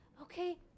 Okay